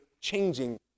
changing